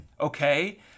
okay